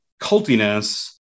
cultiness